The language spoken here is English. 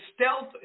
stealth